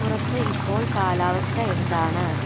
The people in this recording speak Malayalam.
പുറത്ത് ഇപ്പോൾ കാലാവസ്ഥ എന്താണ്